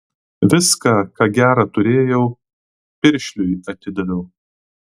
viską ką gera turėjau piršliui atidaviau